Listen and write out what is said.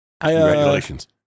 Congratulations